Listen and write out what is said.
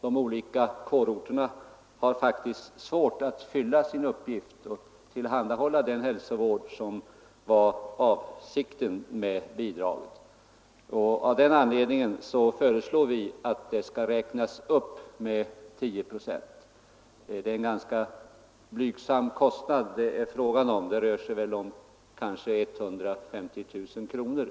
De olika kårorterna har faktiskt svårt att tillhandahålla den hälsovård som var avsikten med bidraget. Av den anledningen föreslår vi att bidraget räknas upp med ca 10 procent, vilket medför en ganska blygsam merkostnad. Det rör sig om 120 000 kronor.